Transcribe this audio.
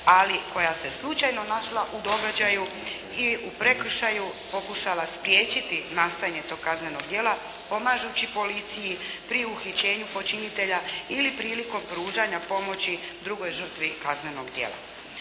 ali koja se slučajno našla u događaju i u prekršaju pokušala spriječiti nastajanje tog kaznenog djela pomažući policiji pri uhićenju počinitelja ili prilikom pružanja pomoći drugoj žrtvi kaznenog djela.